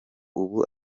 ubu